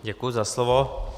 Děkuji za slovo.